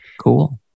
Cool